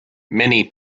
many